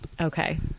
Okay